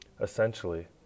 Essentially